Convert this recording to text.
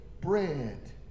bread